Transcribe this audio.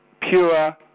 pure